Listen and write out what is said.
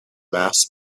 mass